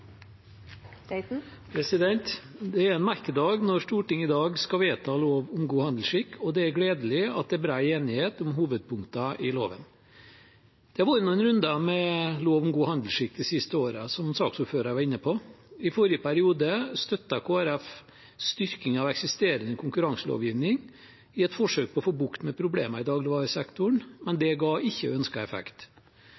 forhold. Det er en merkedag når Stortinget i dag skal vedta lov om god handelsskikk, og det er gledelig at det er bred enighet om hovedpunktene i loven. Det har vært noen runder med lov om god handelsskikk de siste årene, som saksordføreren var inne på. I forrige periode støttet Kristelig Folkeparti styrking av eksisterende konkurranselovgivning i et forsøk på å få bukt med problemene i dagligvaresektoren, men